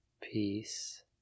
Peace